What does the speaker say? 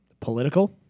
political